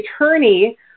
attorney